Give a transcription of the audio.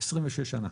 26 שנה.